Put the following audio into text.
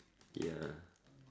ya